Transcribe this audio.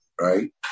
Right